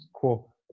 cool